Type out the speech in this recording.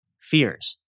fears